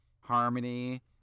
harmony